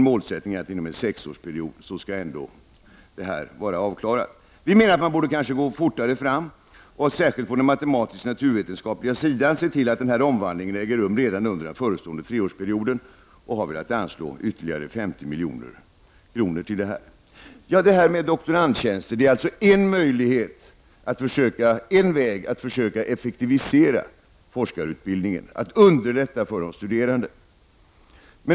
Målsättningen är att förändringen skall genomföras under en sexårsperiod. Vi menar att man kanske borde gå fortare fram — särskilt på den matematisk-naturvetenskapliga sidan — och se till att omvandlingen äger rum redan under den förestående treårsperioden. För detta ändamål har vi velat anslå ytterligare 50 miljoner. Doktorandtjänster är en väg att försöka effektivisera forskarutbildningen och underlätta för de studerande.